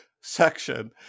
section